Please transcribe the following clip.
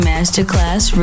Masterclass